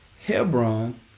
Hebron